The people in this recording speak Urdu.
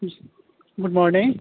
G good morning